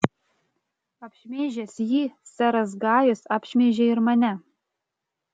apšmeižęs jį seras gajus apšmeižė ir mane